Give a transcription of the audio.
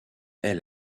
est